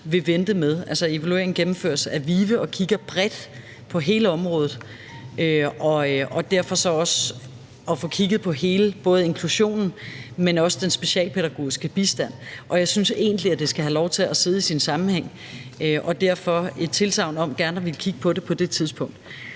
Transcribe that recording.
vil vente på. Evalueringen gennemføres af VIVE, og der kigges bredt på hele området. Derfor er det også noget med at få kigget på hele inklusionen, men også den specialpædagogiske bistand. Og jeg synes egentlig, at det skal have lov til at blive set i sammenhæng. Derfor et tilsagn om gerne at ville kigge på det på det tidspunkt.